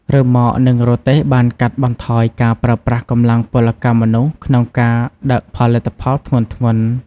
រ៉ឺម៉កនិងរទេះបានកាត់បន្ថយការប្រើកម្លាំងពលកម្មមនុស្សក្នុងការដឹកផលិតផលធ្ងន់ៗ។